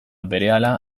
berehala